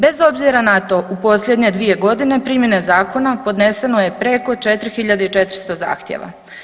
Bez obzira na to u posljednje 2.g. primjene zakona podneseno je preko 4400 zahtjeva.